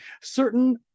certain